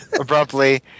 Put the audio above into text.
abruptly